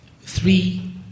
three